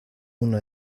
una